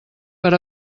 per